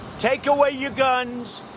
take away your guns,